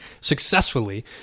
successfully